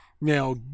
Now